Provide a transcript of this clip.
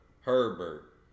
Herbert